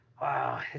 Wow